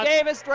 Davis